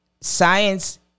science